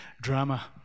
drama